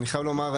אני חייב לומר,